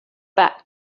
back